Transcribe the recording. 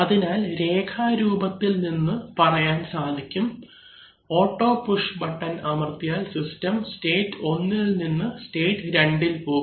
അതിനാൽ രേഖാ രൂപത്തിൽ നിന്ന് പറയാൻ സാധിക്കും ഓട്ടോ പുഷ് ബട്ടൺ അമർത്തിയാൽ സിസ്റ്റം സ്റ്റേറ്റ് 1ഇൽ നിന്ന് സ്റ്റേറ്റ് 2ഇൽ പോകും